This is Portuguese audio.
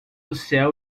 céu